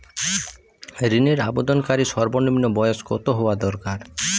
ঋণের আবেদনকারী সর্বনিন্ম বয়স কতো হওয়া দরকার?